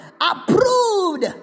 approved